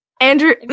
Andrew